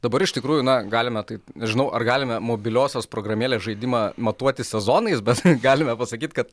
dabar iš tikrųjų na galime tai nežinau ar galime mobiliosios programėlės žaidimą matuoti sezonais bet galime pasakyt kad